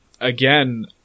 again